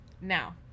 Now